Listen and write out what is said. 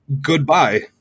Goodbye